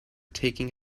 taking